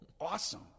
awesome